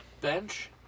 Bench